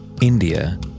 India